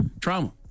trauma